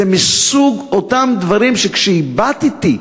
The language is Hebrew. זה מסוג אותם דברים, כשהבטתי,